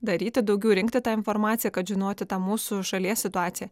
daryti daugiau rinkti tą informaciją kad žinoti tą mūsų šalies situaciją